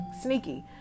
sneaky